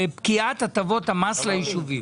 פקיעת הטבות המס ליישובים.